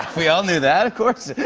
we all knew that, of course.